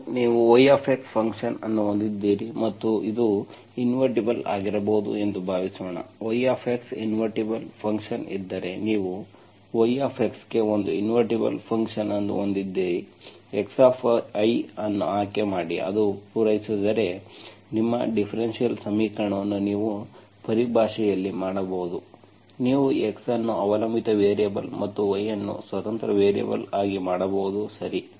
ಮತ್ತು ನೀವು y function ಅನ್ನು ಹೊಂದಿದ್ದೀರಿ ಮತ್ತು ಅದು ಇನ್ವರ್ಟಿಬಲ್ ಆಗಿರಬಹುದು ಎಂದು ಭಾವಿಸೋಣ y ಇನ್ವರ್ಟಿಬಲ್ ಫಂಕ್ಷನ್ ಇದ್ದರೆ ನೀವು y ಗೆ ಒಂದು ಇನ್ವರ್ಟಿಬಲ್ ಫಂಕ್ಷನ್ ಅನ್ನು ಹೊಂದಿದ್ದರೆ x ಅನ್ನು ಆಯ್ಕೆ ಮಾಡಿ ಅದು ಪೂರೈಸಿದರೆ ನಿಮ್ಮ ಡಿಫರೆನ್ಷಿಯಲ್ ಸಮೀಕರಣವನ್ನು ನೀವು ಪರಿಭಾಷೆಯಲ್ಲಿ ಮಾಡಬಹುದು ನೀವು x ಅನ್ನು ಅವಲಂಬಿತ ವೇರಿಯೇಬಲ್ ಮತ್ತು y ಅನ್ನು ಸ್ವತಂತ್ರ ವೇರಿಯೇಬಲ್ ಆಗಿ ಮಾಡಬಹುದು ಸರಿ